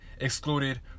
excluded